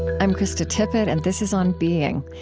i'm krista tippett, and this is on being.